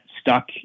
stuck